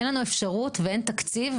אין לנו אפשרות ואין תקציב,